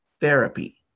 therapy